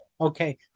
Okay